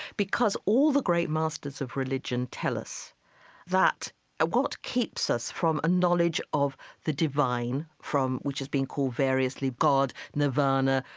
because all the great masters of religion tell us that what keeps us from a knowledge of the divine, from which has been called variously god, nirvana,